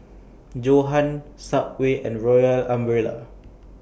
Johan Subway and Royal Umbrella